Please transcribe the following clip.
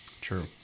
true